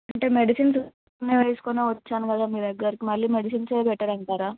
అంటే మెడిసిన్సు వేసుకుని వచ్చాను కదా మీ దగ్గరికి మళ్ళీ మెడిసెన్సే బెటర్ అంటారా